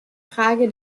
frage